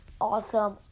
awesome